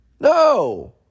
No